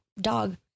dog